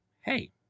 hey